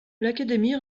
l’académie